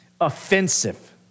offensive